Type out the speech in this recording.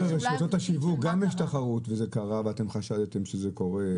--- בין רשתות השיווק גם יש תחרות וזה קרה ואתם חשדתם שזה קורה.